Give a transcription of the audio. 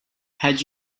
had